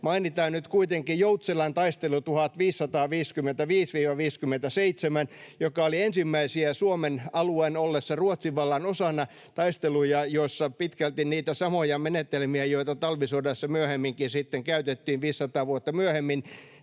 mainitaan nyt kuitenkin Joutselän taistelu 1555—1557, joka oli ensimmäisiä taisteluja Suomen alueen ollessa Ruotsin vallan osana, joissa nähtiin käytetyn pitkälti niitä samoja menetelmiä, joita talvisodassakin sitten käytettiin 500 vuotta myöhemmin.